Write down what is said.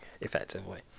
effectively